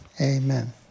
Amen